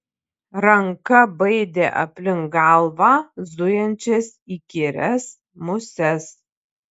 ranka baidė aplink galvą zujančias įkyrias muses